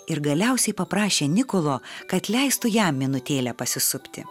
ir galiausiai paprašė nikolo kad leistų jam minutėlę pasisupti